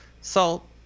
Salt